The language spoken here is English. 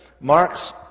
marks